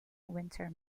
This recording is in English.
winter